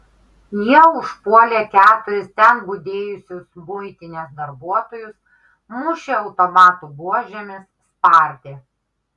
jie užpuolė keturis ten budėjusius muitinės darbuotojus mušė automatų buožėmis spardė